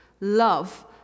love